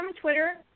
Twitter